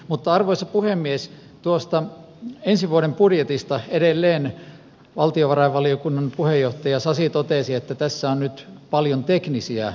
mutta arvoisa puhemies tuosta ensi vuoden budjetista edelleen valtiovarainvaliokunnan puheenjohtaja sasi totesi että tässä on nyt paljon teknisiä muutoksia